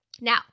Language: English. Now